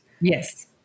Yes